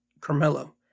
Carmelo